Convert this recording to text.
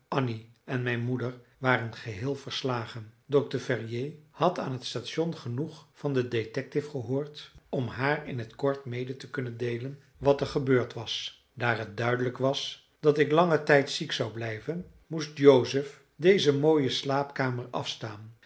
en mijn moeder waren geheel verslagen dokter ferrier had aan het station genoeg van den detective gehoord om haar in t kort mede te kunnen deelen wat er gebeurd was daar het duidelijk was dat ik langen tijd ziek zou blijven moest joseph deze mooie slaapkamer afstaan